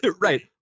right